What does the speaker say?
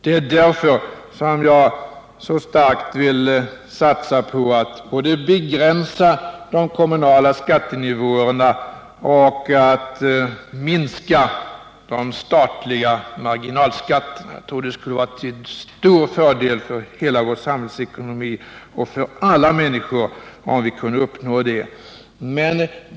Det är därför som jag så starkt vill satsa på att både begränsa de kommunala skattenivåerna och minska de statliga marginalskatterna. Jag tror det skulle vara till stor fördel för hela vår samhällsekonomi och för alla människor om vi kunde uppnå det.